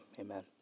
amen